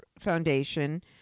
foundation